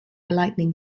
lightning